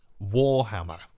Warhammer